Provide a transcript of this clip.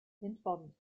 entfernt